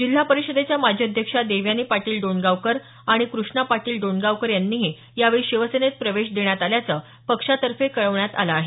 जिल्हा परिषदेच्या माजी अध्यक्षा देवयानी पाटील डोणगावकर आणि क्रष्णा पाटील डोणगावकर यांनाही यावेळी शिवसेनेत प्रवेश देण्यात आल्याचं पक्षातर्फे कळवण्यात आलं आहे